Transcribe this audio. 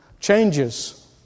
changes